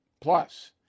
Plus